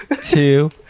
two